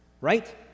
right